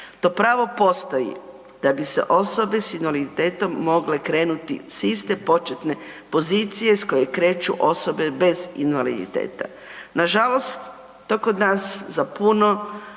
to pravo postoji da bi se osobe sa invaliditetom mogle krenuti sa iste početne pozicije s koje kreću osobe bez invaliditeta. Nažalost, to kod nas za puno